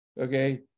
Okay